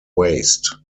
waste